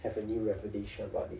have a new revelation about it